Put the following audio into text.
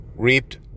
reaped